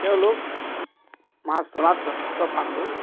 তেওঁলোক মাছ ধৰাত যথেষ্ট পাকৈত